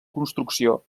construcció